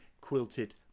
quilted